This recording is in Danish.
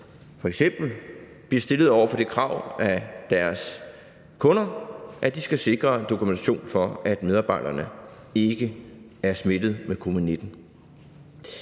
f.eks. bliver stillet over for det krav af deres kunder, at de skal sikre dokumentation for, at medarbejderne ikke er smittet med covid-19.